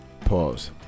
pause